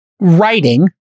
writing